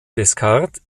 descartes